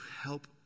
help